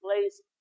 place